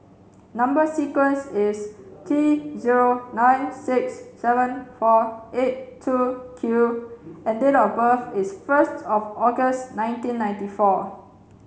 Number sequence is T zero nine six seven four eight two Q and date of birth is first of August nineteen ninety four